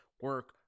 Work